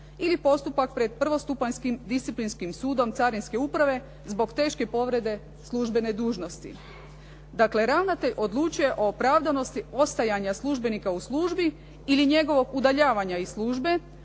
ili postupak pred prvostupanjskim disciplinskim sudom carinske uprave zbog teške povrede službene dužnosti. Dakle, ravnatelj odlučuje o opravdanosti ostajanja službenika u službi ili njegovog udaljavanja iz službe